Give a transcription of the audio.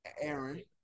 Aaron